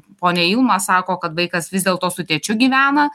ponia ilma sako kad vaikas vis dėlto su tėčiu gyvena